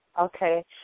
Okay